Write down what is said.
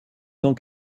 cent